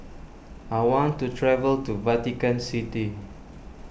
I want to travel to Vatican City